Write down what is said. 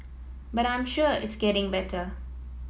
but I'm sure it's getting better